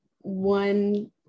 one